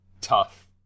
tough